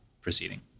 proceeding